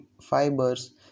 fibers